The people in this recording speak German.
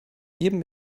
jedem